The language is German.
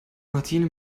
martine